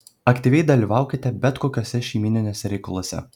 aktyviai dalyvaukite bet kokiuose šeimyniniuose reikaluose